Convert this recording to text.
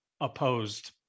opposed